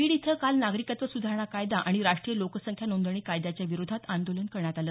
बीड इथं काल नागरिकत्व सुधारणा कायदा आणि राष्ट्रीय लोकसंख्या नोंदणी कायद्याच्या विरोधात आंदोलन करण्यात आले